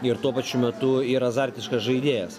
ir tuo pačiu metu ir azartiškas žaidėjas